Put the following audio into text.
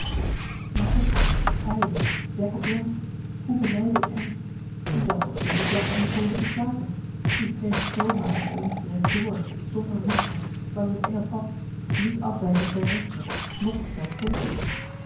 maar toch hij jacob jansz hoe benijde ik hem die zal toch zulke klachte niet behoeven te slaken die streeft zoo maar op eens recht door zonder mistred langs het enge pad niet afwijkend ter rechter noch ter slinker